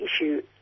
issue